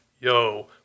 yo